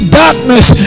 darkness